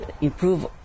improve